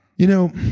you know,